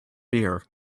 beer